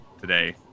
today